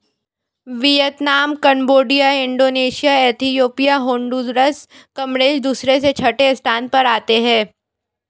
Vietnam Cambodia Indonesia Ethiopia Honduras क्रमशः दूसरे से छठे स्थान पर आते हैं